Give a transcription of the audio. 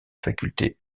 faculté